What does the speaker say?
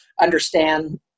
understand